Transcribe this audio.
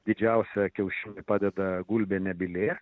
didžiausią kiaušinį padeda gulbė nebylė